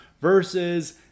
versus